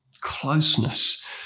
closeness